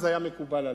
אז זה היה מקובל עלי.